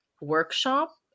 workshop